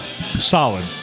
Solid